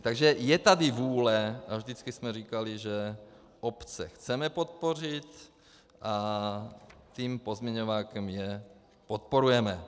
Takže je tady vůle a vždycky jsme říkali, že obce chceme podpořit, a tím pozměňovákem je podporujeme.